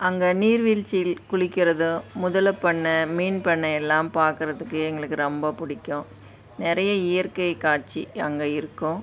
அங்கே நீர்வீழ்ச்சியில் குளிக்கிறதும் முதலை பண்ணை மீன் பண்ணை எல்லாம் பார்க்குறதுக்கு எங்களுக்கு ரொம்ப பிடிக்கும் நிறைய இயற்கை காட்சி அங்கே இருக்கும்